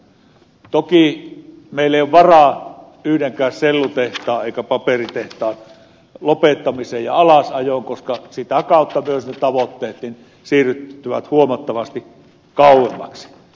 toki meillä ei ole varaa yhdenkään sellutehtaan eikä paperitehtaan lopettamiseen ja alasajoon koska sitä kautta myös ne tavoitteet siirtyvät huomattavasti kauemmaksi